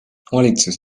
valitsus